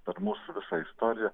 per mūsų visą istoriją